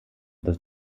dass